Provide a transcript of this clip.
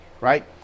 right